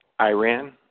Iran